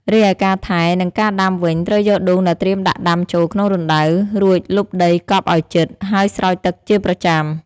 រីឯការថែ និងការដាំវិញ ត្រូវយកដូងដែលត្រៀមដាក់ដាំចូលក្នុងរណ្ដៅ រួចលប់ដីកប់ឲ្យជិត ហើយស្រោចទឹកជាប្រចាំ។